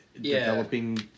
developing